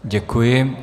Děkuji.